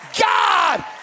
God